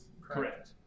Correct